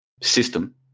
system